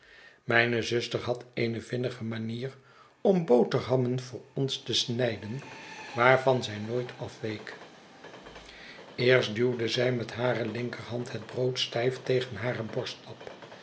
mijne zuster had eene vinnige manier om boterhammen voor ons te snijden waarvan zij nooit afweek eerst duwde zij met hare linkerhand het brood stijf tegen haar borstlap